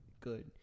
good